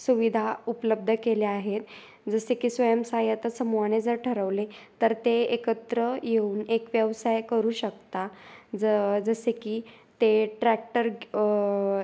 सुविधा उपलब्ध केल्या आहेत जसे की स्वयं सहाय्यता समूहाने जर ठरवले तर ते एकत्र येऊन एक व्यवसाय करू शकता ज जसे की ते ट्रॅक्टर